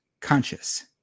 conscious